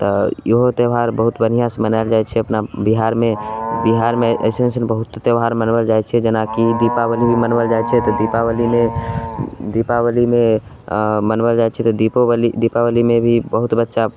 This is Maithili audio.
तऽ इहो त्यौहार बहुत बढ़िआँ से मनाएल जाइत छै अपना बिहारमे बिहारमे अइसन अइसन बहुत त्यौहार मनाओल जाइत छै जेनाकि दीपावलीभी मनाओल जाइत छै तऽ दीपावलीमे दीपावलीमे आ मनाओल जाइत छै तऽ दीपोवली दीपावलीमे भी बहुत बच्चा